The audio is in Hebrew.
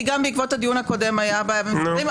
כי גם בעקבות הדיון הקודם הייתה בעיה במספרים,